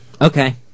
Okay